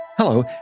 Hello